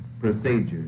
procedures